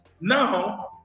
Now